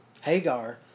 Hagar